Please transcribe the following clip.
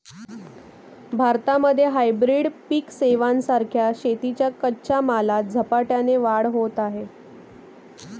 भारतामध्ये हायब्रीड पिक सेवां सारख्या शेतीच्या कच्च्या मालात झपाट्याने वाढ होत आहे